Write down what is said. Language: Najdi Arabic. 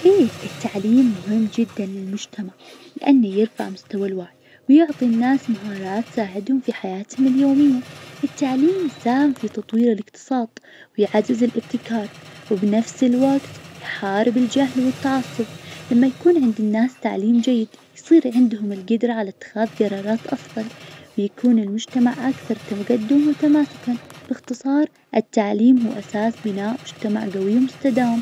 أيه التعليم مهم جدا للمجتمع لأنه يرفع مستوى الوعي، ويعطي الناس مهارات تساعدهم في حياتهم اليومية. التعليم يساهم في تطوير الإقتصاد ويعزز الإبتكار، وبنفس الوقت يحارب الجهل والتعصب. لما يكون عند الناس تعليم جيد يصير عندهم القدرة على إتخاذ قرارات أفظل، ويكون المجتمع أكثر تقدما وتماسكا. بإختصار التعليم هو أساس بناء مجتمع قوي ومستدام.